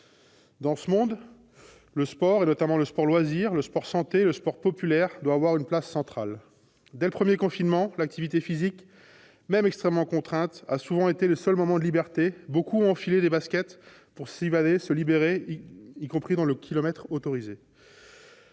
Dans ce monde, le sport, notamment le sport-loisir, le sport-santé, le sport populaire, doit avoir une place centrale. Dès le premier confinement, l'activité physique, même extrêmement contrainte, a souvent été le seul moment de liberté. Beaucoup ont enfilé leurs baskets pour s'évader, se libérer, y compris dans le kilomètre autorisé.